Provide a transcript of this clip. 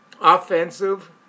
Offensive